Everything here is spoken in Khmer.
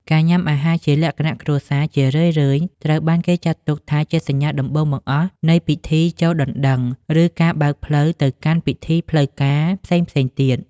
ការញ៉ាំអាហារជាលក្ខណៈគ្រួសារ ជារឿយៗត្រូវបានគេចាត់ទុកថាជាសញ្ញាដំបូងបង្អស់នៃពិធីចូលដណ្ដឹង ឬជាការបើកផ្លូវទៅកាន់ពិធីផ្លូវការផ្សេងៗទៀត។